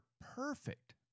perfect